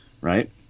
right